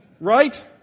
Right